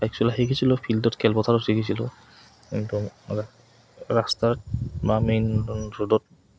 bike চলোৱা শিকিছিলোঁ ফিল্ডত খেলপথাৰত শিকিছিলোঁ কিন্তু ৰ ৰাস্তাত বা মেইন ৰ'ডত